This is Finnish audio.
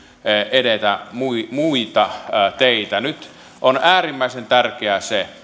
edetä muita muita teitä nyt on äärimmäisen tärkeää se